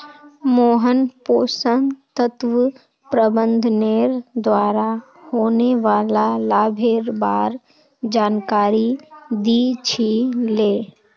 मोहन पोषण तत्व प्रबंधनेर द्वारा होने वाला लाभेर बार जानकारी दी छि ले